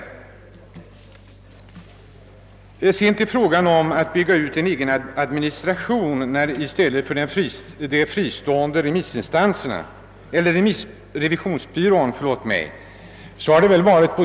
Härefter kommer jag till frågan att bygga ut en egen administration i stället för den fristående revisionsbyrån.